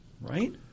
right